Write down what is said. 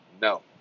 No